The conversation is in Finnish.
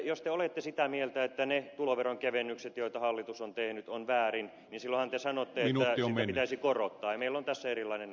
jos te olette sitä mieltä että ne tuloveronkevennykset joita hallitus on tehnyt on väärin niin silloinhan te sanotte että verotusta pitäisi korottaa ja meillä on tässä erilainen näkemys